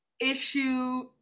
issue